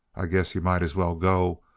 i guess yuh might as well go,